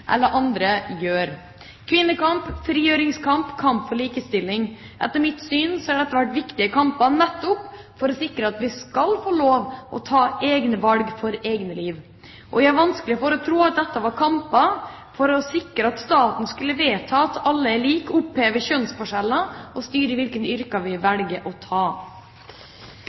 eller andre gjør. Kvinnekamp, frigjøringskamp, kamp for likestilling – etter mitt syn har dette vært viktige kamper nettopp for å sikre at vi skal få lov til å ta egne valg for eget liv. Jeg har vanskelig for å tro at dette har vært kamper for å sikre at staten skulle vedta at alle er like, oppheve kjønnsforskjeller og styre hvilke yrker vi velger.